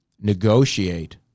negotiate